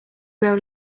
grow